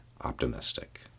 optimistic